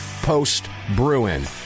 post-Bruin